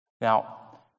Now